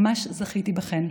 ממש זכיתי בכן.